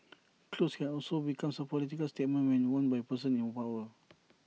clothes can also become A political statement when worn by persons in power